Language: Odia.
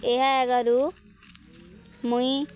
ଏହା ଆଗାରୁ ମୁଇଁ